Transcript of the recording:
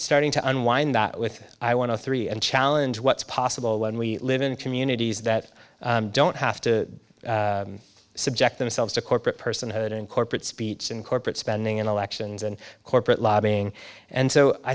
starting to unwind that with i want to three and challenge what's possible when we live in communities that don't have to subject themselves to corporate personhood and corporate speech and corporate spending in elections and corporate lobbying and so i